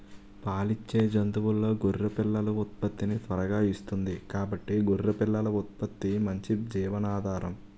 పాలిచ్చే జంతువుల్లో గొర్రె పిల్లలు ఉత్పత్తిని త్వరగా ఇస్తుంది కాబట్టి గొర్రె పిల్లల ఉత్పత్తి మంచి జీవనాధారం